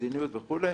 מדיניות וכו'